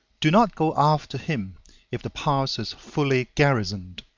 do not go after him if the pass is fully garrisoned,